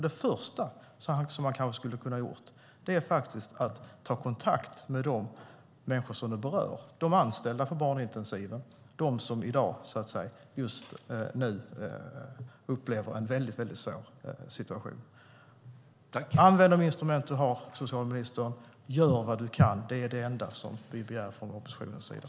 Det första som han kanske skulle ha kunnat göra är faktiskt att ta kontakt med de människor som berörs, de anställda på barnintensiven, de som i dag, just nu, upplever en väldigt svår situation. Använd de instrument du har, socialministern! Gör vad du kan! Det är det enda vi begär från oppositionens sida.